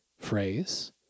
phrase